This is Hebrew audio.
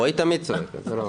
רועי תמיד צועק.